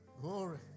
Glory